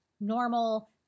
normal